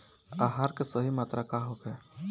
आहार के सही मात्रा का होखे?